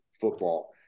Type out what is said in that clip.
football